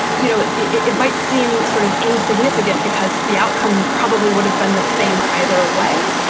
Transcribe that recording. you know, it might seem sort of insignificant because the outcome probably would have been the same either way.